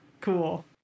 cool